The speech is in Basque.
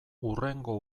hurrengo